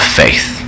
faith